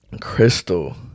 crystal